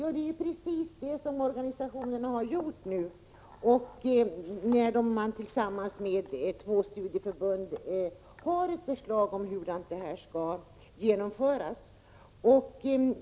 Det är precis det som organisationerna nu har gjort, när man tillsammans med två studieförbund lagt fram ett förslag om hur det skall genomföras.